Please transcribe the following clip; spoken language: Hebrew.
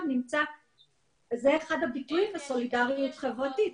זה אחד הביטויים לסולידריות חברתית,